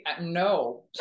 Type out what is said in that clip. no